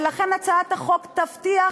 ולכן הצעת החוק תבטיח